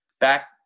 Back